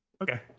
okay